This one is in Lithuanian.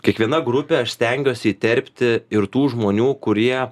kiekviena grupė aš stengiuosi įterpti ir tų žmonių kurie